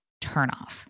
turnoff